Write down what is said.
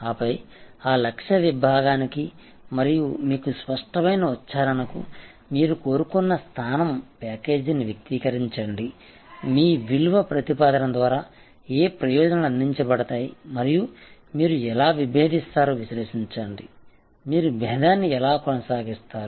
ఆపై ఆ లక్ష్య విభాగానికి మరియు మీకు స్పష్టమైన ఉచ్చారణకు మీరు కోరుకున్న స్థానం ప్యాకేజీని వ్యక్తీకరించండి మీ విలువ ప్రతిపాదన ద్వారా ఏ ప్రయోజనాలు అందించబడతాయి మరియు మీరు ఎలా విభేదిస్తారో విశ్లేషించండి మీరు భేదాన్ని ఎలా కొనసాగిస్తారు